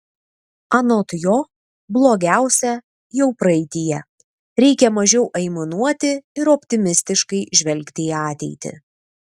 anot jo blogiausia jau praeityje reikia mažiau aimanuoti ir optimistiškai žvelgti į ateitį